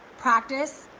practice,